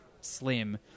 Slim